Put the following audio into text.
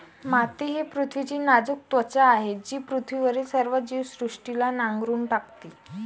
माती ही पृथ्वीची नाजूक त्वचा आहे जी पृथ्वीवरील सर्व जीवसृष्टीला नांगरून टाकते